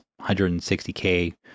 160K